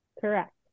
Correct